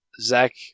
Zach